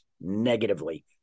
negatively